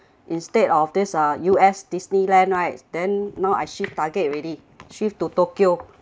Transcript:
instead of this ah U_S disneyland right then now I shift target already shift to tokyo